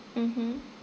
mmhmm